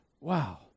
wow